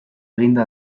eginda